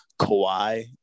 Kawhi